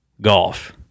golf